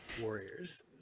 Warriors